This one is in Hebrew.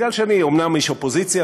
מכיוון שאני אומנם איש אופוזיציה,